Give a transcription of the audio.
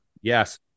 Yes